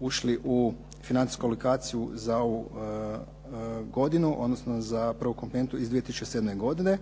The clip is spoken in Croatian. ušli u financijsku alokaciju za ovu godinu, odnosno za prvu komponentu iz 2007. godine.